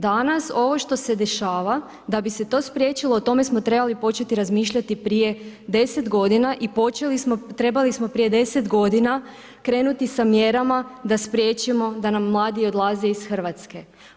Danas ovo što se dešava, da bi se to spriječilo, o tome smo trebali početi razmišljati prije 10 godina i trebali smo prije 10 godina krenuti sa mjerama da spriječimo da nam mladi odlaze iz Hrvatske.